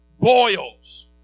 boils